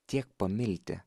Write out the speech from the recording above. tiek pamilti